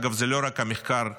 אגב, זה לא רק המחקר שלו,